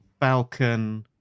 Falcon